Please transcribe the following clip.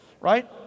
Right